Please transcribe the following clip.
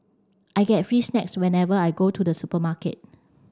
I get free snacks whenever I go to the supermarket